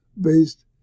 based